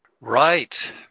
Right